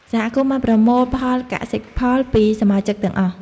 សហគមន៍បានប្រមូលផលកសិផលពីសមាជិកទាំងអស់។